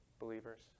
believers